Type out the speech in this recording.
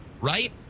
right